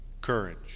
Courage